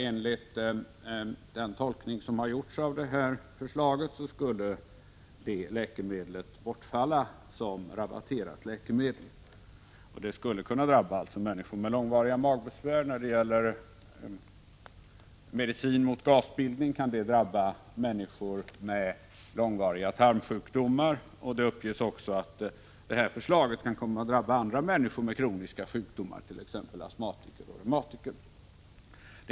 Enligt den tolkning av förslaget som har gjorts skulle detta läkemedel bortfalla som rabatterat läkemedel. Det skulle alltså kunna drabba människor med långvariga magbesvär. När det gäller medicin mot gasbildning kan ett bortfall av rabatten drabba människor med långvariga tarmsjukdomar. Det uppges också att förslaget kan komma att drabba andra människor med kroniska sjukdomar, t.ex. astmatiker och reumatiker.